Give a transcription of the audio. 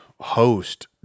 host